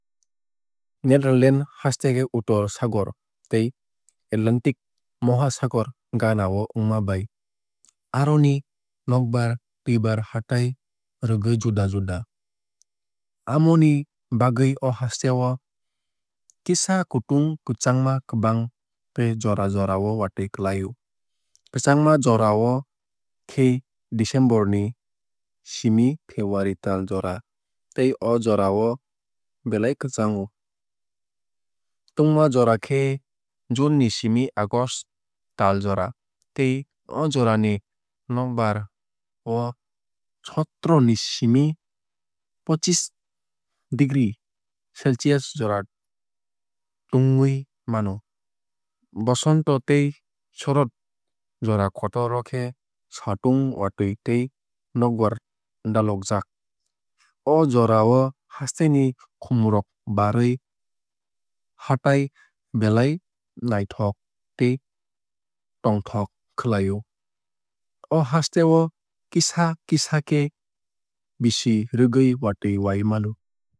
Netherland haste khe uttor sagor tei atlantic mohasagor ganao wngma bai aroni nokbar twuibar hatai rwgui juda juda. Amoni bagwui o hasteo kisa kutung kwchangma kwbang tei jora jorao watui klai o. Kwchangma jora khe december ni simi february tal jora tei o jorao belai kwchango. Tungma jora khe june ni simi august tal jora tei o jorani nokbar o sotoroh ni simi pochish degree celcius jora tungui mano. Bosonto tei shorod jora kotor o khe satung watui tei nokbar dalojak. O jorao hasteni khumrok barui hatai belai naithok tei tongthok khlai o. O haste o kisa kisa khe bisi rwgui watui wai mano.